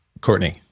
Courtney